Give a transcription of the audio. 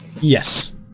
Yes